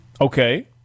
Okay